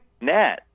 Nat